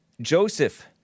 Joseph